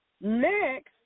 Next